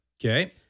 Okay